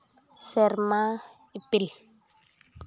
ᱥᱮᱨᱢᱟ ᱤᱯᱤᱞ